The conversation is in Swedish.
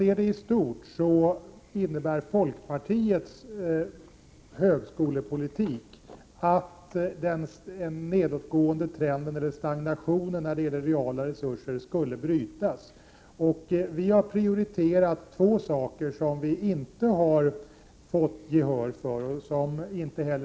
Ett förverkligande av folkpartiets högskolepolitik skulle medföra att stagnationen när det gäller reala resurser bröts. Vi har prioriterat två områden. Men vi har inte fått gehör för våra synpunkter.